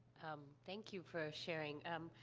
um, thank you for sharing. um,